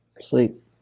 Sleep